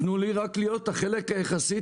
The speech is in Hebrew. תנו לי רק להיות החלק היחסי,